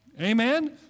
Amen